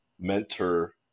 mentor